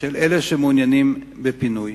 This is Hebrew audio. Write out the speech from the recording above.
של אלה שמעוניינים בפינוי.